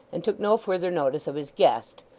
and took no further notice of his guest,